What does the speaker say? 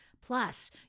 Plus